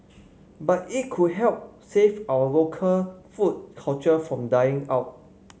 but it could help save our local food culture from dying out